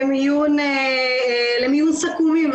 למיון סכו"מים,